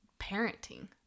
parenting